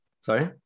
sorry